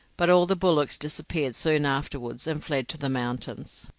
but all the bullocks disappeared soon afterwards and fled to the mountains.